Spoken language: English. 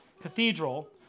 Cathedral